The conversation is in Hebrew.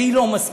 והיא לא מסכימה,